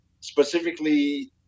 specifically